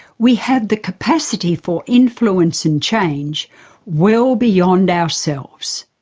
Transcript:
we have the capacity for influence and change well beyond ourselves